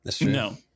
No